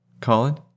Colin